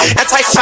anti